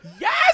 Yes